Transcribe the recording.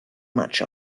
much